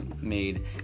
made